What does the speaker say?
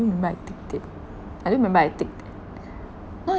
remember I take it I don't remember I take no